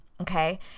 Okay